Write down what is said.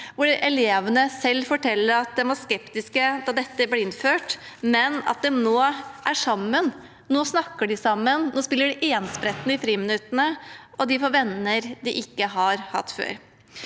hvor elevene selv forteller at de var skeptiske da dette ble innført, men at de nå er sammen – nå snakker de sammen, nå spiller de enspretten i friminuttene, og de får venner de ikke har hatt før.